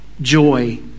joy